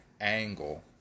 angle